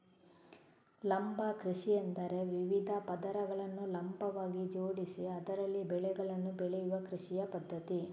ಲಂಬ ಕೃಷಿಯೆಂದರೆ ವಿವಿಧ ಪದರಗಳನ್ನು ಲಂಬವಾಗಿ ಜೋಡಿಸಿ ಅದರಲ್ಲಿ ಬೆಳೆಗಳನ್ನು ಬೆಳೆಯುವ ಕೃಷಿಯ ಪದ್ಧತಿ